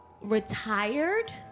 retired